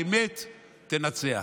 האמת תנצח.